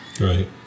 Right